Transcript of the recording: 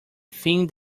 thing